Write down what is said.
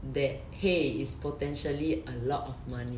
that !hey! it's potentially a lot of money